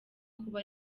kuba